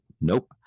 nope